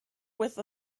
with